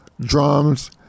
drums